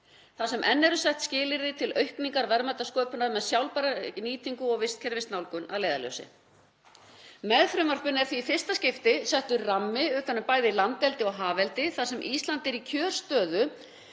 þar sem sett eru skilyrði til aukinnar verðmætasköpunar með sjálfbæra nýtingu og vistkerfisnálgun að leiðarljósi. Með frumvarpinu er því í fyrsta skipti settur rammi utan um bæði landeldi og hafeldi þar sem Ísland er í kjörstöðu